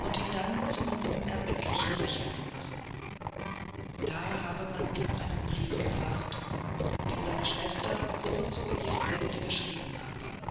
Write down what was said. und ihn dann zum unerbittlichen rächer zu machen da habe man ihm einen brief gebracht den seine schwester kurz vor ihrem ende geschrieben habe